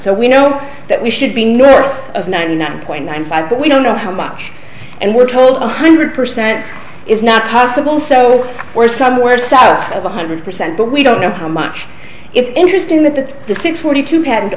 so we know that we should be north of ninety nine point nine five but we don't know how much and we're told one hundred percent is not possible so we're somewhere south of one hundred percent but we don't know how much it's interesting that the the six forty two pa